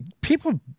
people